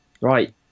Right